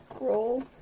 Roll